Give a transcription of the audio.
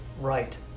right